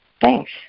Thanks